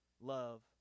love